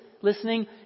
listening